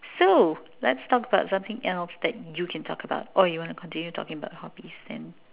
so let's talk about something else that you can talk about or you want to continue talking about hobbies then